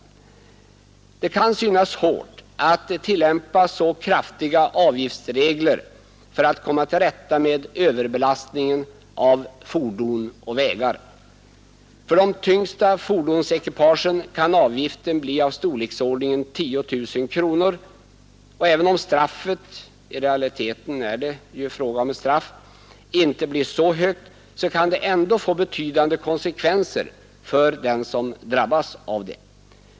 Det kan synas hårt att tillämpa så kraftiga avgiftsregler för att komma till rätta med överbelastningen av fordon och vägar. För de tyngsta fordonsekipagen kan avgiften bli av storleken 10 000 kronor, och även om straffet — i realiteten är det ju fråga om ett straff — inte blir så högt kan det ändå få betydande konsekvenser för den som drabbas.